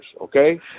okay